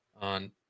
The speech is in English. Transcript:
on